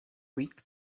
week